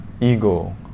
ego